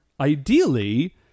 ideally